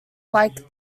like